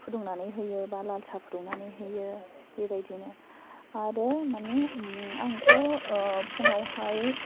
फुदुंनानै होयो बा लाल साहा फुदुंनानै होयो बेबायदिनो आरो माने उम आंथ' फुङावहाय